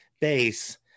bass